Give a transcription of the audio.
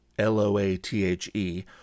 L-O-A-T-H-E